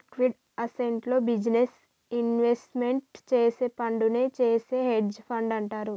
liquid అసెట్స్లో business investment చేసే ఫండునే చేసే హెడ్జ్ ఫండ్ అంటారు